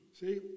see